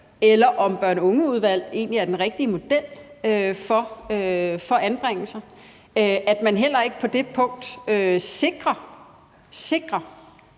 eller om børn- og unge-udvalg egentlig er den rigtige model for anbringelser, i forhold til at man heller ikke på det punkt sikrer